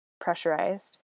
pressurized